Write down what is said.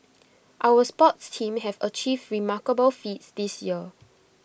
our sports teams have achieved remarkable feats this year